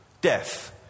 death